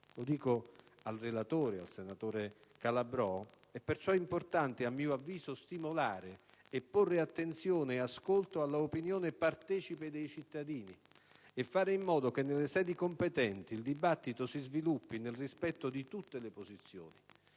(lo dico al relatore, senatore Calabrò), stimolare e porre attenzione e ascolto alla opinione partecipe dei cittadini e fare in modo che, nelle sedi competenti, il dibattito si sviluppi nel rispetto di tutte le posizioni,